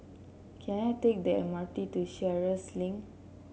can I take the M R T to Sheares Link